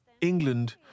England